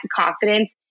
confidence